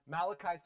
Malachi